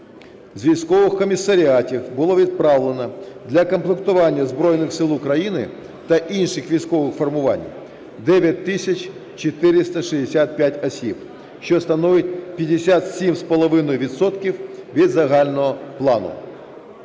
з військових комісаріатів було відправлено для комплектування Збройних Сил України та інших військових формувань 9 тисяч 465 осіб, що становить 57,5 відсотків від загального плану,